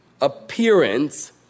appearance